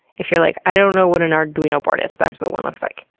if you're like, i don't know what an arduino board is. that's what one looks like.